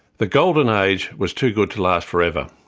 the golden age was too good to last forever.